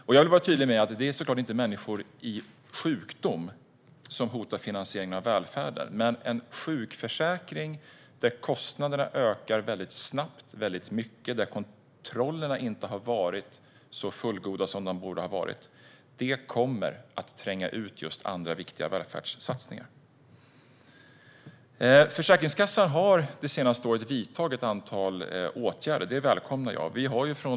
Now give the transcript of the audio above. Låt mig vara tydlig med att det inte är människor i sjukdom som hotar finansieringen av välfärden. Men en sjukförsäkring med snabbt ökande kostnader och utan fullgod kontroll kommer att tränga undan andra viktiga välfärdssatsningar. Försäkringskassan har det senaste året vidtagit ett antal åtgärder, vilket jag välkomnar.